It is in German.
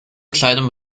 kleidung